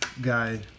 guy